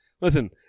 listen